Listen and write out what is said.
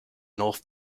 north